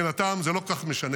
מבחינתם זה לא כל כך משנה.